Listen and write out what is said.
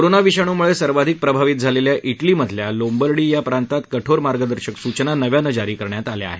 corona विषाणूमुळे सर्वाधिक प्रभावित झालेल्या इटली मधल्या लोंबर्डी या प्रांतात कठोर मार्गदर्शक सूचना नव्यानं जारी करण्यात आल्या आहेत